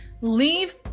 Leave